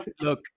Look